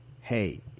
hey